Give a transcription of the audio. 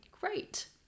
great